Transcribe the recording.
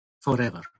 forever